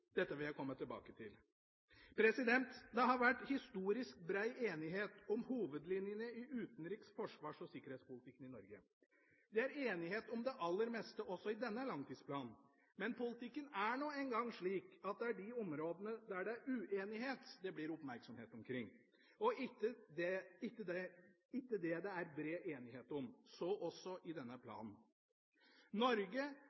Dette vil jeg komme tilbake til. Det har historisk vært bred enighet om hovedlinjene i utenriks-, forsvars- og sikkerhetspolitikken i Norge. Det er enighet om det aller meste også i denne langtidsplanen, men politikken er nå engang slik at det er de områdene der det er uenighet, det blir oppmerksomhet omkring, og ikke de det er bred enighet om. Så også i denne